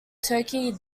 turkey